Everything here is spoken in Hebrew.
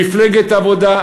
מפלגת עבודה,